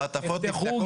המעטפות נפתחו,